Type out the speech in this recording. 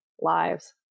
lives